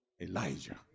Elijah